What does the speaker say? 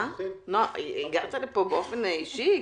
הירש, הגעת לפה באופן אישי.